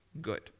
good